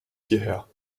hierher